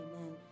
amen